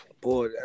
Boy